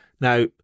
Now